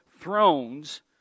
thrones